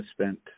spent